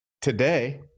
today